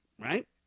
right